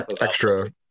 extra